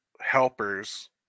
helpers